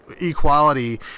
equality